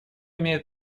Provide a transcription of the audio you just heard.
имеет